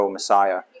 Messiah